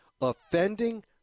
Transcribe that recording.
offending